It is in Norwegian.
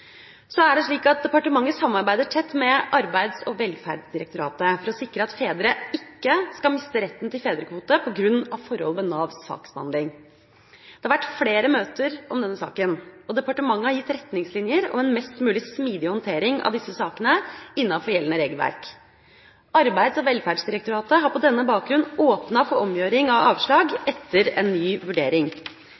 Departementet samarbeider tett med Arbeids- og velferdsdirektoratet for å sikre at fedre ikke skal miste retten til fedrekvote på grunn av forhold ved Navs saksbehandling. Det har vært flere møter om denne saken, og departementet har gitt retningslinjer om en mest mulig smidig håndtering av disse sakene innenfor gjeldende regelverk. Arbeids- og velferdsdirektoratet har på denne bakgrunn åpnet for omgjøring av avslag